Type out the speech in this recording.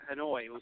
Hanoi